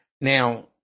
Now